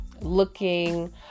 looking